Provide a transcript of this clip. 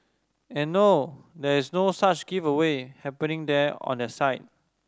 and no there is no such giveaway happening there on their site